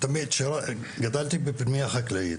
גדלתי בפנימייה חקלאית.